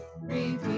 repeat